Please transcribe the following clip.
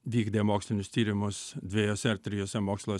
vykdė mokslinius tyrimus dvejose ar trijose mokslo